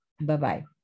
bye-bye